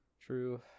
True